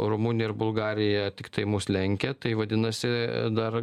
rumunija ir bulgarija tiktai mus lenkia tai vadinasi dar